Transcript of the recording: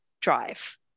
drive